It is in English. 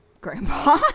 grandpa